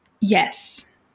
Yes